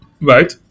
right